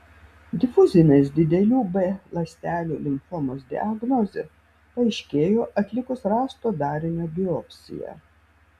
difuzinės didelių b ląstelių limfomos diagnozė paaiškėjo atlikus rasto darinio biopsiją